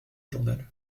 journal